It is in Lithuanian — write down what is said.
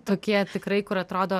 tokie tikrai kur atrodo